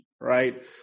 right